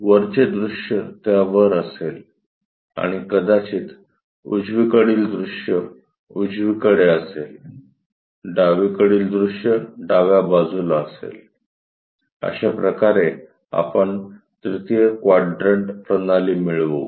वरचे दृश्य त्या वर असेल आणि कदाचित उजवीकडील दृश्य उजवीकडे असेल डावीकडील दृश्य डाव्या बाजुला असेल अशा प्रकारे आपण तृतीय क्वाड्रंट प्रणाली मिळवू